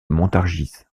montargis